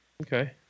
okay